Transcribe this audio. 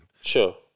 Sure